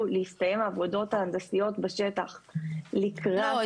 להסתיים העבודות ההנדסיות בשטח לקראת המכרז --- לא,